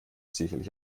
sicherlich